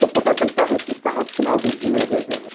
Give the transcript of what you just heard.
तो पता चलता है कि साहब चुनाव ड्यूटी में लगे हुए हैं